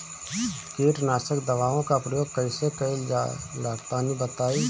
कीटनाशक दवाओं का प्रयोग कईसे कइल जा ला तनि बताई?